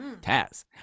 Taz